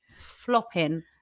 flopping